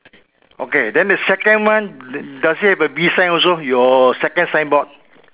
okay then the second one does it have a B sign also your second signboard